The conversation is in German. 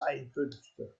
einkünfte